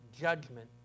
judgment